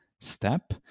step